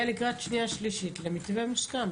לקראת הקריאה השנייה והשלישית למתווה מוסכם.